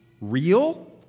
real